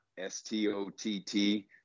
S-T-O-T-T